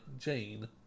Jane